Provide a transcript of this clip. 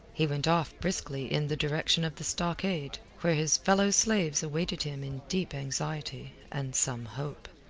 he went off briskly in the direction of the stockade, where his fellow-slaves awaited him in deep anxiety and some hope.